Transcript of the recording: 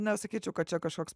nesakyčiau kad čia kažkoks